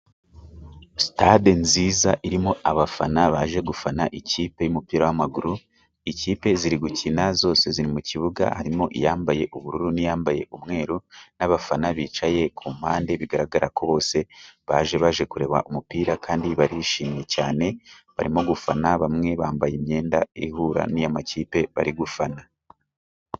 Sitade nziza irimo abafana baje gufana ikipe y'umupira w'amaguru. Ikipe ziri gukina zose ziri mu kibuga, harimo iyambaye ubururu n'iyambaye umweru n'abafana bicaye ku mpande, bigaragara ko bose baje bake kureba umupira, kandi barishimye cyane barimo gufana, bamwe bambaye imyenda ihura n'iy'amakipe bari gufana.